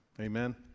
Amen